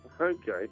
Okay